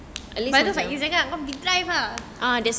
sebab tu faiz cakap kau pergi drive ah